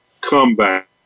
comeback